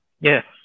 Yes